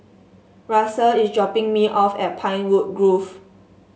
Russell is dropping me off at Pinewood Grove